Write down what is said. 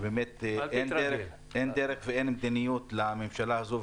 שאין דרך ואין מדיניות לממשלה הזאת,